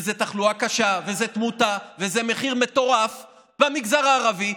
וזו תחלואה קשה וזו תמותה ומחיר מטורף במגזר הערבי,